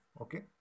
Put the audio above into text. Okay